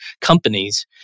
companies